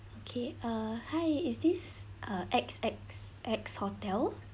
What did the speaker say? okay err hi is this uh X X X hotel